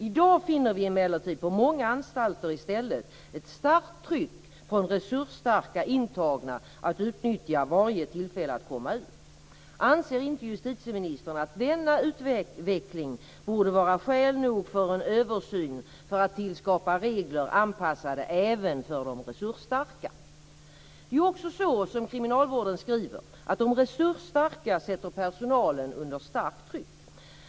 I dag finner vi emellertid på många anstalter i stället ett starkt tryck från resursstarka intagna att utnyttja varje tillfälle att komma ut. Anser inte justitieministern att denna utveckling borde vara skäl nog för en översyn för att skapa regler anpassade även för de resursstarka? Kriminalvården hävdar att de resursstarka sätter personalen under starkt tryck.